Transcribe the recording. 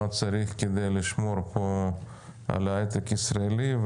שצריך כדי לשמור פה על ההייטק הישראלי.